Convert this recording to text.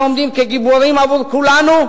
שעומדים כגיבורים עבור כולנו,